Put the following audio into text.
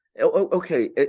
Okay